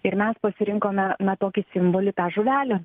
ir mes pasirinkome na tokį simbolį tą žuvelę